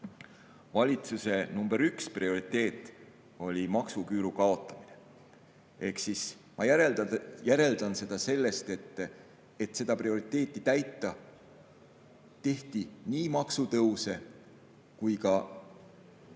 Valitsuse number üks prioriteet oli maksuküüru kaotamine. Ma järeldan seda sellest: et seda prioriteeti täita, tehti nii maksutõuse kui ka